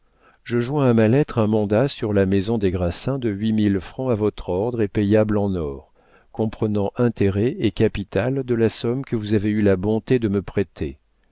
je joins à ma lettre un mandat sur la maison des grassins de huit mille francs à votre ordre et payable en or comprenant intérêts et capital de la somme que